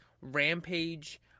Rampage